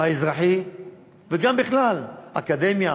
האזרחי וגם בכלל, אקדמיה,